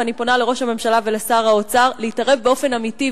ואני פונה אל ראש הממשלה ואל שר האוצר להתערב באופן אמיתי,